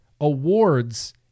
Awards